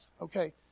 okay